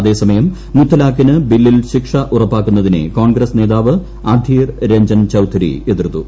അതേസമയം മുത്തലാഖിന് ബില്ലിൽ ശിക്ഷ ഉറപ്പാക്കുന്നതിനെ കോൺഗ്രസ് നേതാവ് അധിർ രഞ്ജൻ ചൌധരി എതിർത്തു